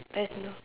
there's no